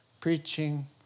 preaching